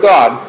God